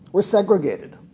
were segregated.